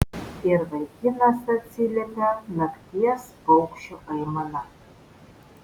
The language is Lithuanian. ir vaikinas atsiliepė nakties paukščio aimana